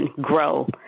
grow